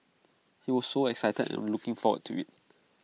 he was so excited and looking forward to IT